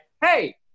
Hey